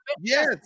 Yes